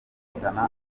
guhitana